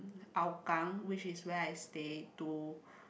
Hougang which is where I stay to